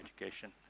Education